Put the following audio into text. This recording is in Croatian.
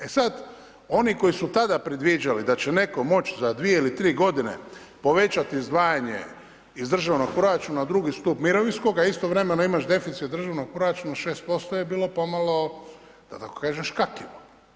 E sad, oni koji su tada predviđali da će netko moći za dvije ili tri godine povećati izdvajanje iz državnog proračuna u II stup mirovinskoga, istovremeno imaš deficit državnog proračuna od 6% je bilo pomalo, da tako kažem, škakljivo.